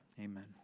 amen